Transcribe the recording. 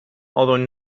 although